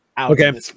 okay